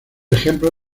ejemplo